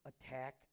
attack